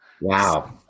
Wow